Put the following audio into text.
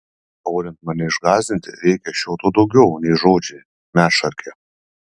norint mane išgąsdinti reikia šio to daugiau nei žodžiai medšarke